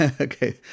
okay